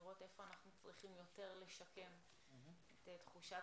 לראות איפה אנחנו צריכים יותר לשקם את תחושת